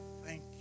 thank